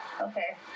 Okay